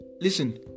Listen